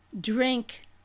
drink